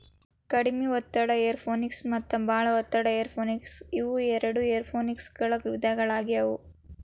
ಕಡಿಮೆ ಒತ್ತಡ ಏರೋಪೋನಿಕ್ಸ ಮತ್ತ ಬಾಳ ಒತ್ತಡ ಏರೋಪೋನಿಕ್ಸ ಇವು ಎರಡು ಏರೋಪೋನಿಕ್ಸನ ವಿಧಗಳಾಗ್ಯವು